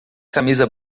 camisa